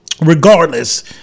regardless